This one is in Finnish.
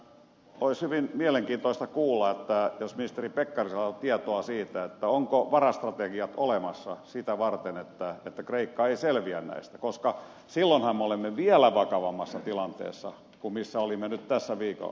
olisi hyvin mielenkiintoista kuulla jos ministeri pekkarisella on tietoa siitä onko varastrategiat olemassa sitä varten että kreikka ei selviä näistä koska silloinhan me olemme vielä vakavammassa tilanteessa kuin missä olimme nyt tässä viikonvaihteessa